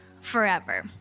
forever